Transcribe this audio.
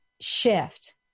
shift